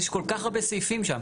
יש כל כך הרבה סעיפים שם.